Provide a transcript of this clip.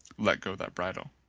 let go that bridle.